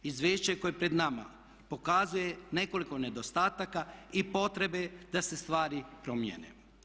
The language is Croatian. Izvješće koje je pred nama pokazuje nekoliko nedostataka i potrebe da se stvari promijene.